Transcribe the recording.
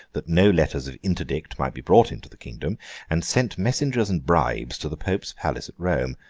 that no letters of interdict might be brought into the kingdom and sent messengers and bribes to the pope's palace at rome.